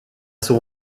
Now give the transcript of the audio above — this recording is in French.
son